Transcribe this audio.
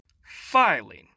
Filing